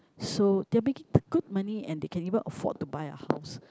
so they are making the good money and they can even afford to buy a house